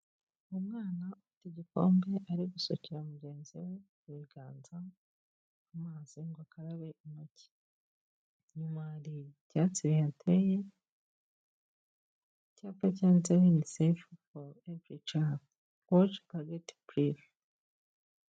Umwana ufite igikombe ari gusukira mugenzi we ku biganza amazi ngo akarabe intoki, inyuma hari ibyatsi bihateye, icyapa cyanditseho yunisefu foru everi cadi, washi bajeti burifu.